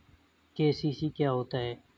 KCC क्या होता है?